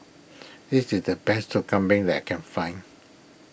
this is the best Sup Kambing that I can find